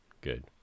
good